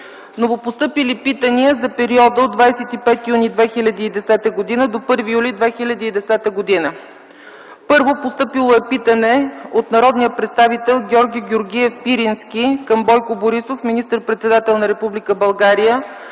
новопостъпили питания за периода от 25 юни 2010 г. до 1 юли 2010 г.: - от народния представител Георги Георгиев Пирински към Бойко Борисов - министър-председател на Република България,